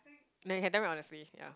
like you can tell me honestly ya